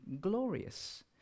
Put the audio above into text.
glorious